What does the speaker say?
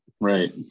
right